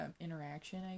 interaction